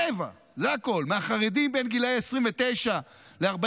רבע, זה הכול, מהחרדים בין הגילים 29 ל-49,